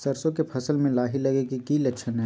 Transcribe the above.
सरसों के फसल में लाही लगे कि लक्षण हय?